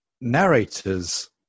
narrators